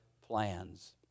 plans